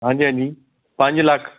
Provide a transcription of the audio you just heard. ਹਾਂਜੀ ਹਾਂਜੀ ਪੰਜ ਲੱਖ